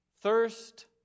thirst